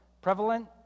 Prevalent